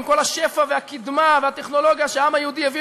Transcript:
עם כל השפע והקדמה והטכנולוגיה שהעם היהודי הביא